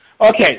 Okay